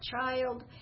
child